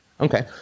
Okay